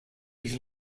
his